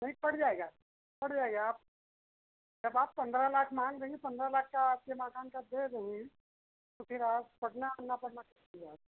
नहीं पड़ जाएगा पड़ जाएगा आप जब आप पन्द्रह लाख मांग रही हैं पन्द्रह लाख का आपके मकान का दे रहे हैं तो फिर पटना और न पटना कौन सी बात